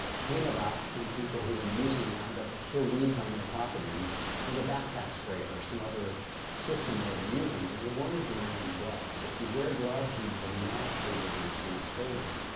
came about from people who were using the roundup to kill weeds on their property with a backpack spray or some other system they were using and they weren't even wearing gloves. if you wear gloves, you dramatically reduce the exposure.